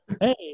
hey